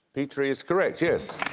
petri is correct, yes.